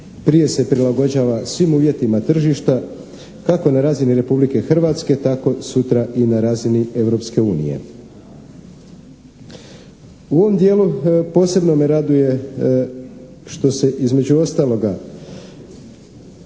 najprije se prilagođava svim uvjetima tržišta kako na razini Republike Hrvatske tako sutra i na razini Europske unije. U ovom dijelu posebno me raduje što se između ostaloga